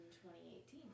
2018